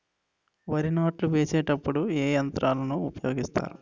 వరి నాట్లు వేసేటప్పుడు ఏ యంత్రాలను ఉపయోగిస్తారు?